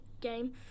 game